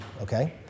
okay